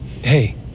Hey